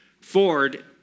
Ford